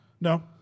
No